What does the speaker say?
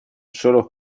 solo